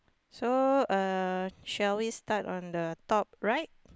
so uh shall we start on the top right